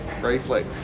briefly